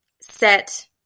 set